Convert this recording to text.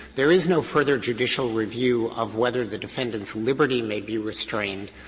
there is no further judicial review of whether the defendant's liberty may be restrained.